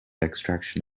extraction